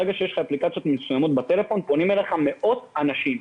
ברגע שיש לך אפליקציות מסוימות בטלפון פונים אליך מאות אנשים.